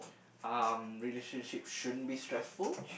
um relationship shouldn't be stressful